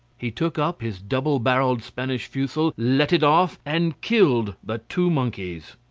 he took up his double-barrelled spanish fusil, let it off, and killed the two monkeys.